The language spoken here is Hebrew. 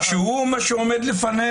שהוא מה שעומד לפנינו.